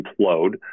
implode